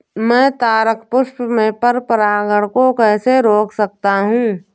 मैं तारक पुष्प में पर परागण को कैसे रोक सकता हूँ?